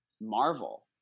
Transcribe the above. Marvel